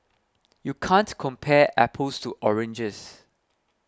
you can't compare apples to oranges